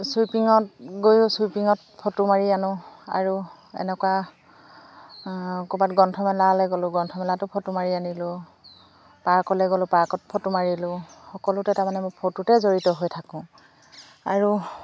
গৈও ফটো মাৰি আনো আৰু এনেকুৱা ক'ৰবাত গ্ৰন্থমেলালৈ গ'লোঁ গ্ৰন্থমেলাতো ফটো মাৰি আনিলোঁ পাৰ্কলৈ গ'লোঁ পাৰ্কত ফটো মাৰিলোঁ সকলোতে তাৰমানে মই ফটোতে জড়িত হৈ থাকোঁ আৰু